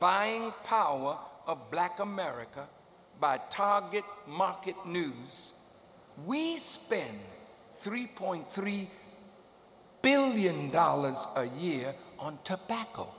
buying power of black america by ta get market news we spend three point three billion dollars a year on tobacco